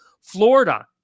Florida